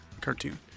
cartoon